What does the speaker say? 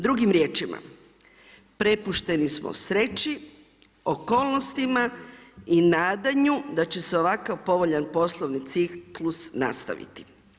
Drugim riječima, prepušteni smo sreći, okolnostima i nadanju da će se ovakav povoljan poslovni ciklus nastaviti.